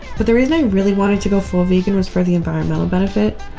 but the reason i really wanted to go full vegan was for the environmental benefit.